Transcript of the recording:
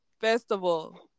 festival